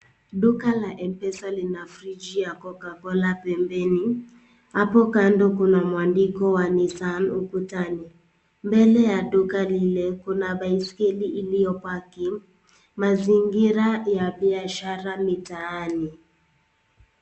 Duka la M-PESA lina friji la Coca Cola pembeni, hapo kando kuna mwandiko wa Nissan ukutani. Mbele ya duka lile kuna baiskeli iliopaki. Mazingira ya biashara mitaani.